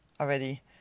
already